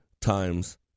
times